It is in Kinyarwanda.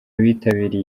bitabiriye